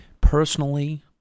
Personally